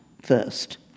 first